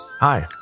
Hi